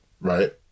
right